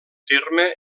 terme